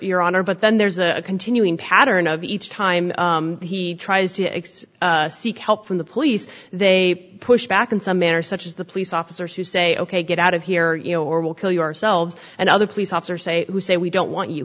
honor but then there's a continuing pattern of each time he tries to x seek help from the police they push back in some manner such as the police officers who say ok get out of here you know or we'll kill you ourselves and other police officer say who say we don't want you